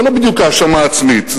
זה לא בדיוק האשמה עצמית.